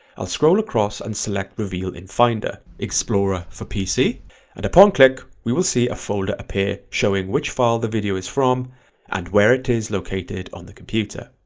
i'll scroll across and select reveal in finder, explorer for pc and upon click we will see a folder appear showing which file the video is from and where it is located on the computer,